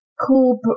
cool